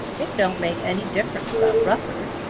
it don't make any difference about rufford,